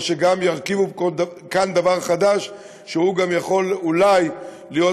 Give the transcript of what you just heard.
או שגם ירכיבו כאן דבר חדש שיוכל אולי להיות